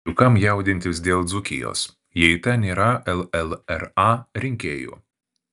juk kam jaudintis dėl dzūkijos jei ten nėra llra rinkėjų